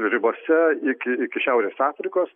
ribose iki iki šiaurės afrikos